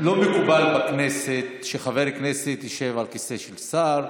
לא מקובל בכנסת שחבר כנסת ישב על כיסא של שר.